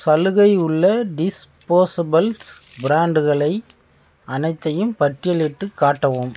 சலுகை உள்ள டிஸ்போஸபிள்ஸ் பிராண்ட்களை அனைத்தையும் பட்டியலிட்டுக் காட்டவும்